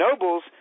Nobles